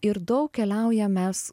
ir daug keliaujam mes